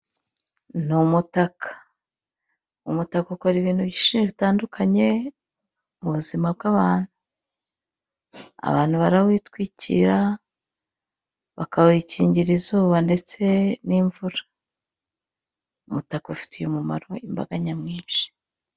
N'umutaka; umutaka ukora ibintu byinshi bitandukanye m'ubuzima bw'abantu, abantu barawitwikira bakawukingira izuba ndetse n'imvura, umutaka ufitiye umumaro imbaga nyamwinshi.